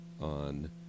on